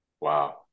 Wow